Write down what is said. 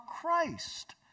Christ